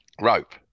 rope